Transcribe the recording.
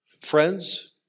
Friends